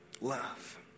love